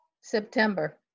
September